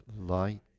light